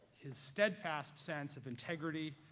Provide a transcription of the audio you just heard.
his steadfast sense of integrity,